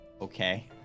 okay